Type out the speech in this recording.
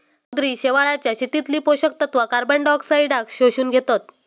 समुद्री शेवाळाच्या शेतीतली पोषक तत्वा कार्बनडायऑक्साईडाक शोषून घेतत